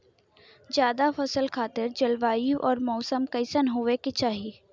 जायद फसल खातिर जलवायु अउर मौसम कइसन होवे के चाही?